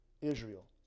Israel